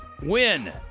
win